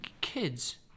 kids